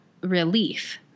relief